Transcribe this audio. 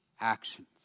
actions